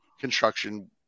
construction